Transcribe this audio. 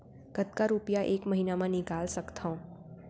कतका रुपिया एक महीना म निकाल सकथव?